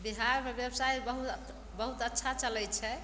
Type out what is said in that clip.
बिहारमे ब्यवसाय बहुत बहुत अच्छा चलय छै